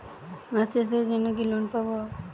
মাছ চাষের জন্য কি লোন পাব?